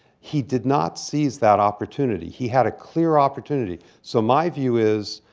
he did not seize that opportunity. he had a clear opportunity. so my view is,